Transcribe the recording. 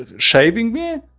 ah shaving me!